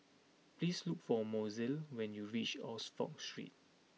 please look for Mozelle when you reach Oxford Street